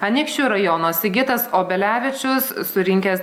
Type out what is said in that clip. anykščių rajono sigitas obelevičius surinkęs